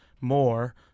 more